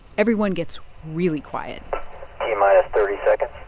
everyone gets really quiet t-minus thirty seconds